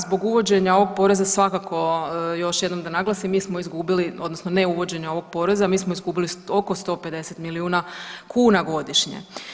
Zbog uvođenja ovog poreza svakako još jednom da naglasim mi smo izgubili odnosno neuvođenje ovog poreza mi smo izgubili oko 150 milijuna kuna godišnje.